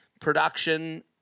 production